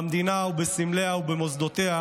במדינה, בסמליה ובמוסדותיה,